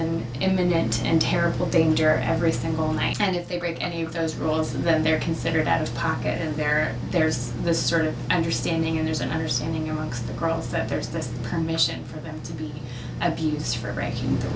in imminent and terrible danger every single night and if they break any of those rules and then they're considered out of pocket and there there's this sort of understanding there's an understanding amongst the girls that there is this mission for them to be at peace for breaking the